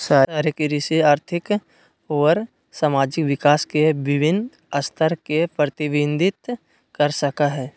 शहरी कृषि आर्थिक अउर सामाजिक विकास के विविन्न स्तर के प्रतिविंबित कर सक हई